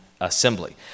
assembly